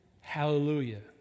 hallelujah